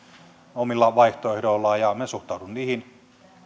omilla vaihtoehdoillaan ja minä suhtaudun niihin